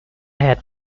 had